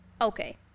Okay